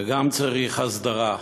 זה גם צריך הסדרה.